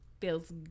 feels